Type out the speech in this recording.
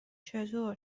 چطور